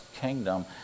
kingdom